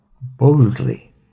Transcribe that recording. boldly